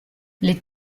les